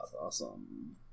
awesome